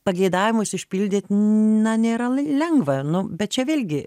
pageidavimus išpildyt na nėra l lengva nu bet čia vėlgi